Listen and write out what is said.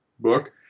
book